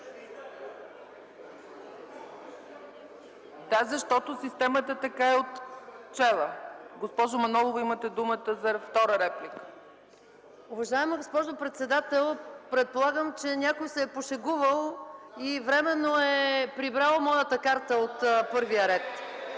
Да, защото системата така е отчела. Госпожо Манолова, имате думата за втора реплика. МАЯ МАНОЛОВА (КБ): Уважаема госпожо председател, предполагам, че някой се е пошегувал и временно е прибрал моята карта от първия ред.